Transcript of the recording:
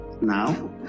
Now